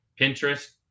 Pinterest